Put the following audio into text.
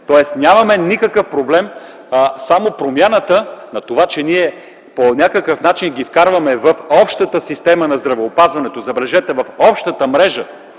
Тоест нямаме никакъв проблем. Само промяната на това, че по някакъв начин ги вкарваме в общата система на здравеопазването, забележете, в общата мрежа,